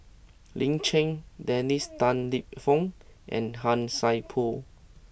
Lin Chen Dennis Tan Lip Fong and Han Sai Por